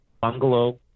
bungalow